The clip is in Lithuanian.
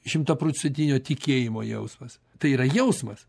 šimtaprocentinio tikėjimo jausmas tai yra jausmas